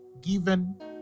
given